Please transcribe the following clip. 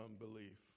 unbelief